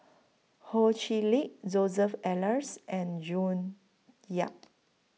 Ho Chee Lick Joseph Elias and June Yap